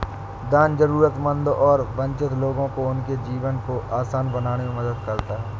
दान जरूरतमंद और वंचित लोगों को उनके जीवन को आसान बनाने में मदद करता हैं